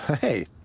Hey